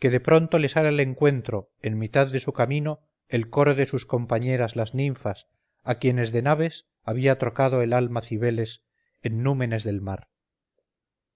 que de pronto le sale al encuentro en mitad de su camino el coro de sus compañeras las ninfas a quienes de naves había trocado el alma cibeles en númenes del mar